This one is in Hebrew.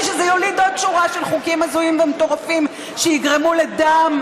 שזה יוליד עוד שורה של חוקים הזויים ומטורפים שיגרמו לדם,